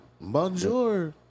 Bonjour